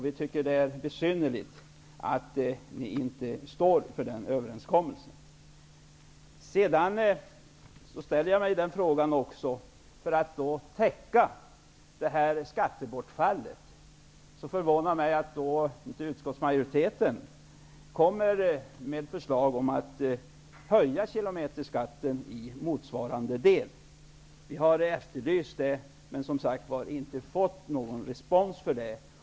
Vi tycker att det är besynnerligt att ni inte står för denna överenskommelse. Jag förvånar mig vidare över att utskottsmajoriteten inte för att täcka skattebortfallet föreslagit en höjning av kilometerskatten i motsvarande mån. Vi har efterlyst detta men, som sagt, inte fått någon respons för det.